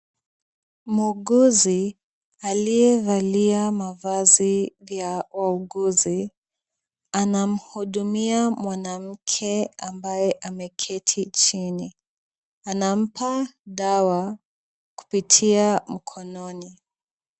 Muuguzi aliyevalia mavazi ya wauguzi anamhudumia mwanamke ambaye ameketi chini. Anampa dawa kupitia mkononi.